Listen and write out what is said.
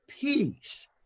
peace